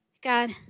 God